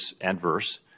adverse